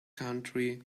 country